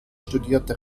studierte